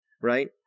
right